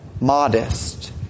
modest